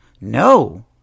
No